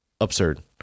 absurd